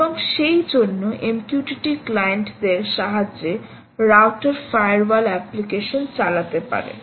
এবং সেইজন্য MQTT ক্লায়েন্টদের সাহায্যে রাউটার ফায়ারওয়াল অ্যাপ্লিকেশন চালাতে পারে